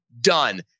done